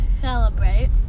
celebrate